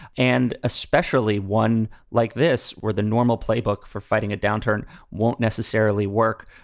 and especially one like this, where the normal playbook for fighting a downturn won't necessarily work.